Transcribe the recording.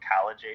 college